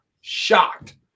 Shocked